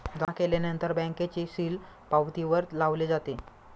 जमा केल्यानंतर बँकेचे सील पावतीवर लावले जातो